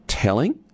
telling